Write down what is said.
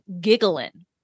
giggling